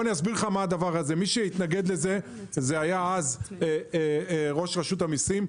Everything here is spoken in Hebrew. מי שהתנגד לזה היה ראש רשות המיסים,